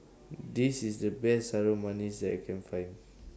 This IS The Best Harum Manis that I Can Find